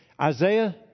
Isaiah